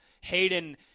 Hayden